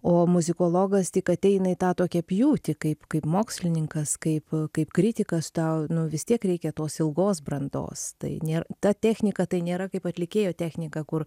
o muzikologas tik ateina į tą tokią pjūtį kaip kaip mokslininkas kaip kaip kritikas tau vis tiek reikia tos ilgos brandos tai nėr ta technika tai nėra kaip atlikėjo technika kur